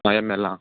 five M ಎಲ್ಲಾ